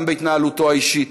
גם בהתנהלותו האישית,